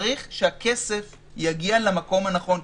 צריך שהכסף יגיע למקום הנכון.